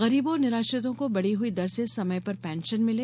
गरीबों और निराश्रितों को बढ़ी हुई दर से समय पर पेंशन मिले